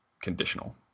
conditional